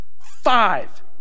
five